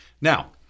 Now